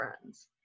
friends